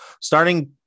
starting